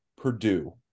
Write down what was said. Purdue